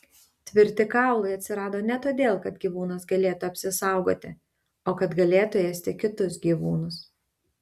tvirti kaulai atsirado ne todėl kad gyvūnas galėtų apsisaugoti o kad galėtų ėsti kitus gyvūnus